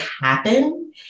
happen